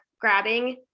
grabbing